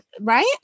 right